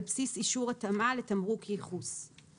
בסיס אישור התאמה לתמרוק ייחוס 55א12 ד.